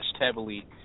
heavily